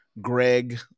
Greg